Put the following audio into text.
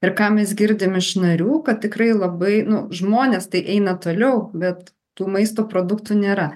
ir ką mes girdim iš narių kad tikrai labai nu žmonės tai eina toliau bet tų maisto produktų nėra